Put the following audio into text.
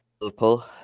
Liverpool